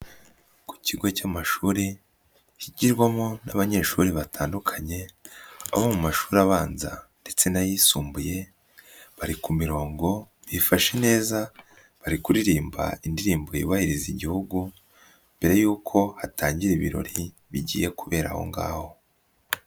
Ku kigo cy'amashuri higirwamo n'abanyeshuri batandukanye, abo mu mashuri abanza ndetse n'ayisumbuye bari ku mirongo yifashe neza bari kuririmba indirimbo yubahiriza igihugu mbere y'uko hatangira ibirori bigiye kubera aho ngaho.